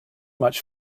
much